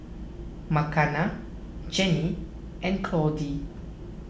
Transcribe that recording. Makenna Jennie and Claudie